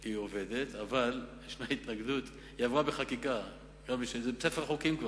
היא עובדת, היא עברה בחקיקה, היא כבר בספר החוקים,